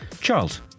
Charles